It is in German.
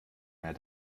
mehr